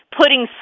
putting